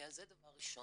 זה דבר ראשון.